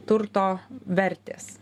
turto vertės